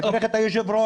לברך את היושב-ראש,